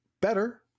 better